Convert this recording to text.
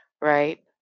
Right